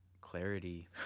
clarity